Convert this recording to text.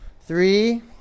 three